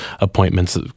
appointments